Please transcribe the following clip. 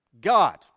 God